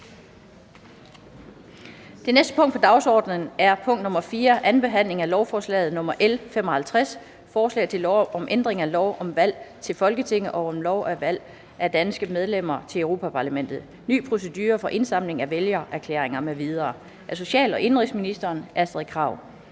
Det næste punkt på dagsordenen er: 4) 2. behandling af lovforslag nr. L 55: Forslag til lov om ændring af lov om valg til Folketinget og lov om valg af danske medlemmer til Europa-Parlamentet. (Ny procedure for indsamling af vælgererklæringer m.v.) Af social- og indenrigsministeren (Astrid Krag).